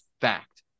fact